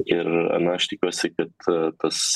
ir na aš tikiuosi kad tas